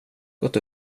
gått